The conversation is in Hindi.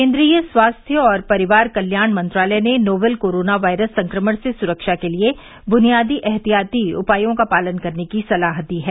केन्द्रीय स्वास्थ्य और परिवार कल्याण मंत्रालय ने नोवल कोरोना वायरस संक्रमण से सुरक्षा के लिए बुनियादी एहतियाती उपायों का पालन करने की सलाह दी है